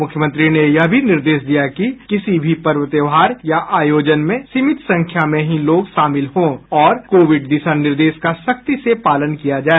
मुख्यमंत्री ने यह भी निर्देश दिया कि किसी भी पर्व त्योहार या आयोजन में सीमित संख्या में ही लोग शामिल हो और कोविड दिशा निर्देशों का सख्ती से पालन किया जाए